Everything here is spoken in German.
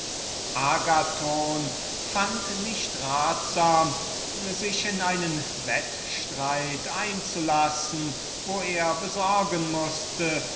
agathon fand nicht ratsam sich in einen wett streit einzulassen wo er besorgen mußte